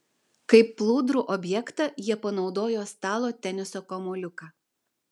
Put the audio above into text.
kaip plūdrų objektą jie panaudojo stalo teniso kamuoliuką